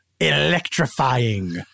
electrifying